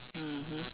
mmhmm